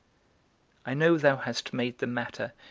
i know thou hast made the matter,